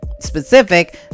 Specific